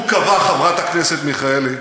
הוא קבע, חברת הכנסת מיכאלי,